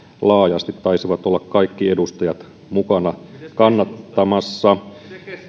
laajasti taisivat olla kaikki edustajat mukana kannattamassa